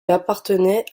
appartenait